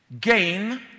gain